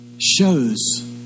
shows